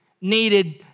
needed